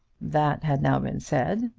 that had now been said,